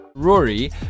Rory